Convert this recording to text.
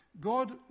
God